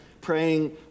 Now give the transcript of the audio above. praying